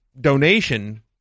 donation